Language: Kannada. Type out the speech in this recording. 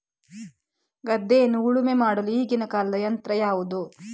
ಗದ್ದೆಯನ್ನು ಉಳುಮೆ ಮಾಡಲು ಈಗಿನ ಕಾಲದ ಯಂತ್ರ ಯಾವುದು?